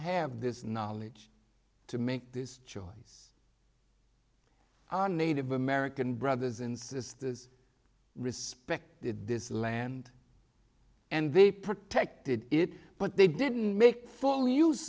have this knowledge to make this choice on native american brothers and sisters respect this land and they protected it but they didn't make f